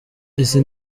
izi